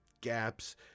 Gaps